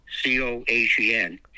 C-O-H-E-N